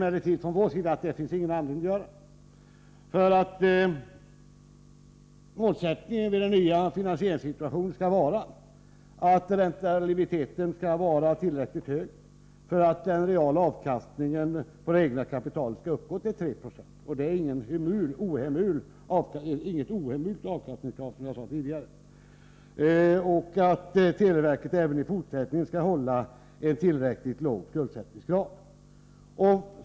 Från vår sida anser vi emellertid att det inte finns någon anledning att göra det. Målsättningen med den nya finansieringssituationen är att räntabiliteten skall vara tillräckligt hög för att den reala avkastningen på det egna kapitalet skall uppgå till 396 — det är, som jag tidigare sade, inget ohemult avkastningskrav — och att televerket även i fortsättningen skall hålla en tillräckligt låg skuldsättningsgrad.